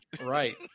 Right